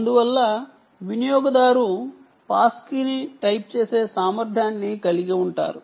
అందువల్ల ఈ వినియోగదారు పాస్ కీని టైప్ చేసే సామర్థ్యాన్ని కలిగి ఉంటారు